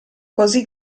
così